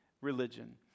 religion